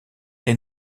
les